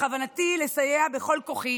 בכוונתי לסייע בכל כוחי